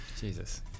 Jesus